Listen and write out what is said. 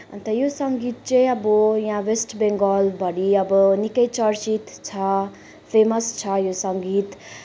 अन्त यो सङ्गीत चाहिँ अब यहाँ वेस्ट बेङ्गलभरी अब निकै चर्चित छ फेमस छ यो सङ्गीत